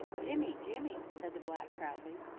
jimmy-jimmy! said the black proudly.